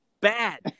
bad